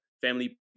family